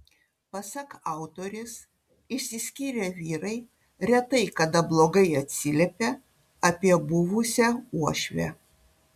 pasak autorės išsiskyrę vyrai retai kada blogai atsiliepia apie buvusią uošvę